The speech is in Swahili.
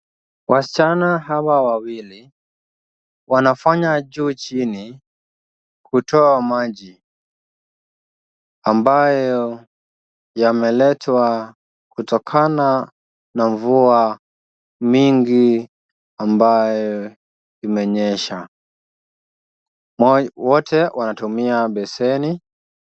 Wasichana hawa wawili wanafanya juu chini kutoa maji ambayo yameletwa kutokana na mvua mingi ambaye imenyesha. Wote wanatumia besheni.